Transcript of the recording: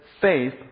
faith